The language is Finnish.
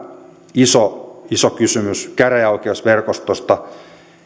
iso iso kysymys käräjäoikeusverkostosta